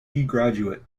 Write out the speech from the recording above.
graduate